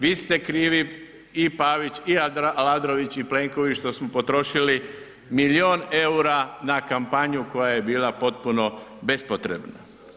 Vi ste krivi i Pavić i Aladrović i Plenković što smo potrošili milion EUR-a na kampanju koja je bila potpuno bespotrebna.